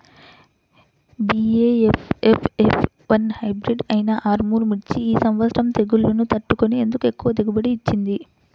BASF F one hybrid అయినా ఆర్ముర్ మిర్చి ఈ సంవత్సరం తెగుళ్లును తట్టుకొని ఎందుకు ఎక్కువ దిగుబడి ఇచ్చింది?